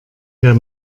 der